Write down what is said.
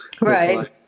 right